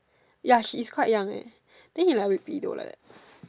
ya she is quite young eh then he like a bit pedo like that